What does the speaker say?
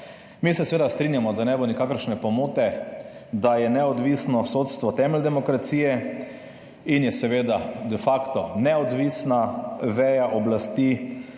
Mi se seveda strinjamo, da ne bo nikakršne pomote, da je neodvisno sodstvo temelj demokracije in je seveda de facto neodvisna veja oblasti,